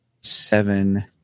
seven